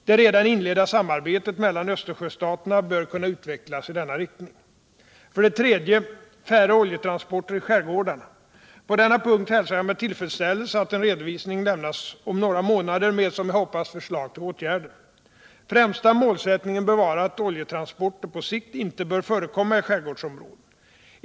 Det redan inledda samarbetet mellan Östersjöstaterna bör kunna utvecklas i denna riktning. På denna punkt hälsar jag med tillfredsställelse att en redovisning lämnas om några månader med, som jag hoppas, förslag till åtgärder. Främsta målsättningen bör vara att oljetransporter på sikt inte bör förekomma i skärgårdsornråden.